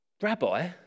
Rabbi